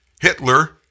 Hitler